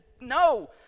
no